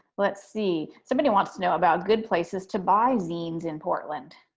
let's see. somebody wants to know about good places to buy zines in portland.